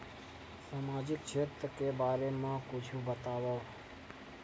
सामाजिक क्षेत्र के बारे मा कुछु बतावव?